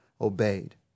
obeyed